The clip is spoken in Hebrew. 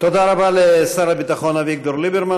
תודה רבה לשר הביטחון אביגדור ליברמן,